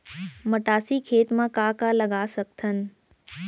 मटासी खेत म का का लगा सकथन?